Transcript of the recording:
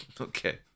Okay